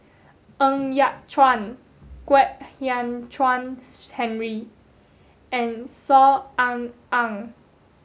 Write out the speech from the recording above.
Ng Yat Chuan Kwek Hian Chuan Henry and Saw Ean Ang